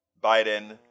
Biden